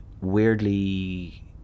weirdly